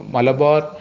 Malabar